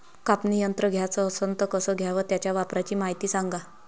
कापनी यंत्र घ्याचं असन त कस घ्याव? त्याच्या वापराची मायती सांगा